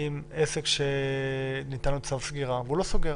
עם עסק שניתן לו צו סגירה והוא לא סוגר?